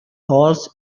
holes